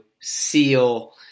seal